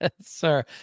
sir